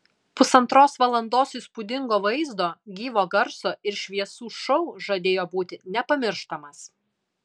pusantros valandos įspūdingo vaizdo gyvo garso ir šviesų šou žadėjo būti nepamirštamas